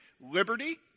Liberty